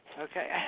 Okay